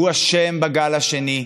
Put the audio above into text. שהוא אשם בגל השני.